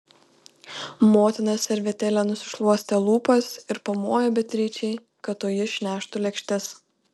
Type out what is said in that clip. motina servetėle nusišluostė lūpas ir pamojo beatričei kad toji išneštų lėkštes